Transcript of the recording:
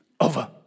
Over